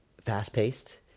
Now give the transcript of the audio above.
fast-paced